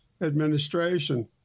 administration